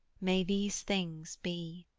may these things be